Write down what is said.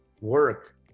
work